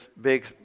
big